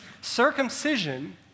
circumcision